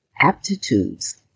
aptitudes